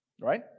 Right